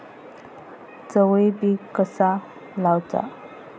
चवळी पीक कसा लावचा?